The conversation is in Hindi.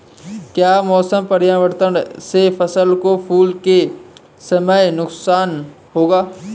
क्या मौसम परिवर्तन से फसल को फूल के समय नुकसान होगा?